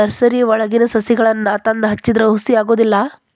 ನರ್ಸರಿವಳಗಿ ಸಸಿಗಳನ್ನಾ ತಂದ ಹಚ್ಚಿದ್ರ ಹುಸಿ ಹೊಗುದಿಲ್ಲಾ